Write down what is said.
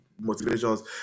Motivations